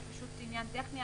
זה פשוט עניין טכני,